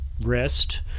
rest